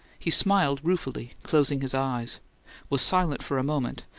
he smiled ruefully, closing his eyes was silent for a moment,